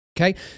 okay